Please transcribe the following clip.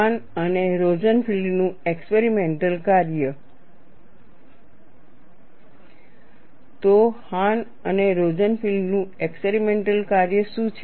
હાન અને રોઝનફિલ્ડ નું એક્સપેરિમેન્ટલ કાર્ય તો હાન અને રોઝનફિલ્ડ નું એક્સપેરિમેન્ટલ કાર્ય શું છે